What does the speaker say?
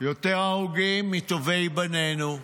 יותר הרוגים מטובי בנינו.